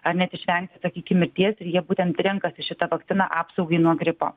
ar net išvengt sakykim mirties jie būtent renkasi šitą vakciną apsaugai nuo gripo